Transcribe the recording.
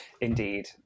Indeed